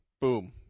boom